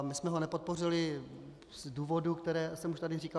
My jsme ho nepodpořili z důvodů, které jsem už tady říkal.